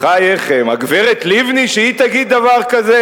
בחייכם, הגברת לבני, שהיא תגיד דבר כזה?